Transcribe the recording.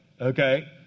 okay